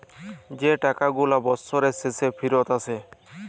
যে টাকা গুলা বসরের শেষে ফিরত আসে